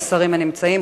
השרים הנמצאים,